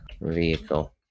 Vehicle